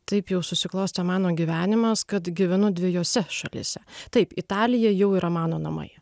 taip jau susiklostė mano gyvenimas kad gyvenu dviejose šalyse taip italija jau yra mano namai